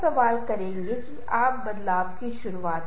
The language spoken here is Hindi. अब इस प्रक्रिया में क्या महत्वपूर्ण है